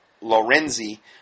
Lorenzi